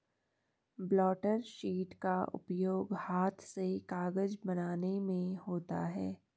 blotter sheet का उपयोग हाथ से कागज बनाने में होता है